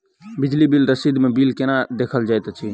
बिजली बिल रसीद मे बिल केना देखल जाइत अछि?